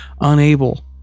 unable